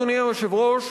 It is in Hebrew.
אדוני היושב-ראש,